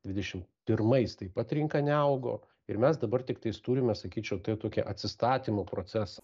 dvidešim pirmais taip pat rinka neaugo ir mes dabar tiktais turime sakyčiau tai tokį atsistatymo procesą